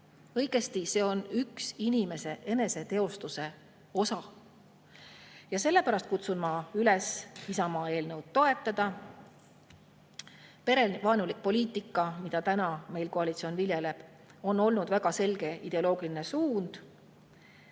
õieti see on inimese eneseteostuse osa. Ja sellepärast kutsun ma üles Isamaa eelnõu toetama. Perevaenulik poliitika, mida meil koalitsioon viljeleb, on olnud väga selge ideoloogiline suund.